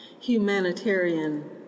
humanitarian